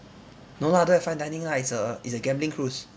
no lah don't have fine dining lah it's a it's a gambling cruise